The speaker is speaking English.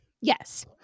Yes